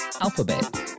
alphabet